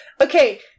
Okay